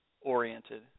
oriented